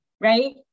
right